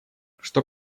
что